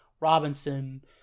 Robinson